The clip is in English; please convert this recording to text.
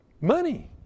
Money